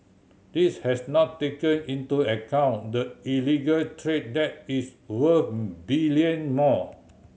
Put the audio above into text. this has not taken into account the illegal trade that is worth billion more